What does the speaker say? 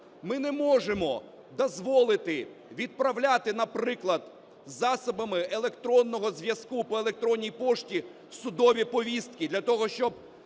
Ми не можемо дозволити відправляти, наприклад, засобами електронного зв'язку по електронній пошті судові повістки для того, щоб